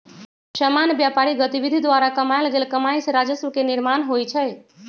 सामान्य व्यापारिक गतिविधि द्वारा कमायल गेल कमाइ से राजस्व के निर्माण होइ छइ